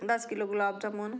ਦਸ ਕਿਲੋ ਗੁਲਾਬ ਜਾਮੁਨ